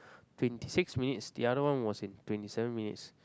twenty six minutes the other one was in twenty seven minutes